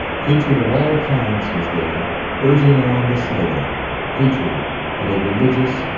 hatred of all kinds was there urging on the slayer hatred of a religious,